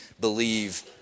believe